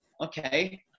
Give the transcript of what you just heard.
okay